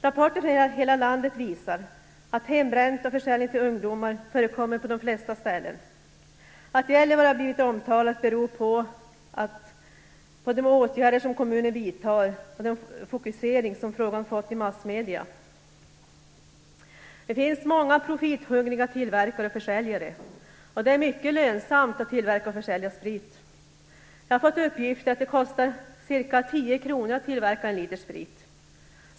Rapporter från hela landet visar att hembränt och försäljning till ungdomar förekommer på de flesta ställen. Att Gällivare nu blivit så omtalat beror på de åtgärder som kommunen vidtar och den fokusering som frågan fått i massmedierna. Det finns många profithungriga tillverkare och försäljare, och det är mycket lönsamt att tillverka och sälja sprit. Jag har fått uppgifter om att det kostar ca 10 kr att tillverka en liter sprit.